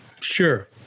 Sure